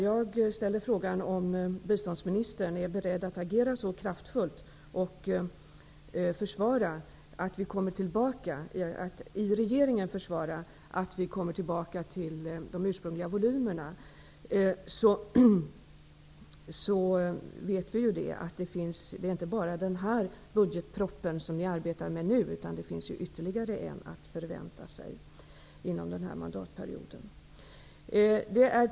Jag frågar om biståndsministern är beredd att agera kraftfullt och i regeringen försvara en återgång till de ursprungliga volymerna. Det är inte bara den budgetproposition som ni arbetar med nu som det gäller, utan det finns ytterligare en budgetproposition att förvänta sig under denna mandatperiod.